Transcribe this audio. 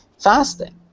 fasting